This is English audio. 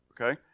Okay